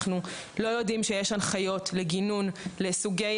אנחנו לא יודעים שיש הנחיות, בגינון, לגבי סוגי